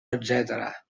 etcètera